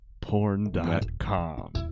porn.com